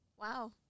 Wow